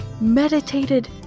meditated